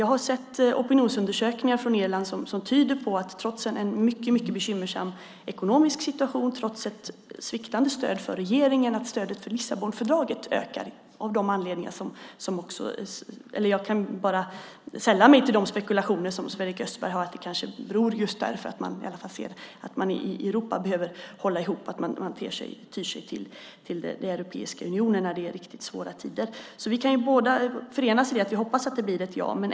Jag har sett opinionsundersökningar från Irland som tyder på att trots en mycket bekymmersam ekonomisk situation och trots ett sviktande stöd för regeringen ökar stödet för Lissabonfördraget. Jag kan bara sälla mig till de spekulationer som Sven-Erik Österberg framför, nämligen att man ser att vi i Europa behöver hålla ihop, att man tyr sig till Europeiska unionen i svåra tider. Vi kan båda förenas i att vi hoppas att det blir ett ja.